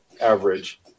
average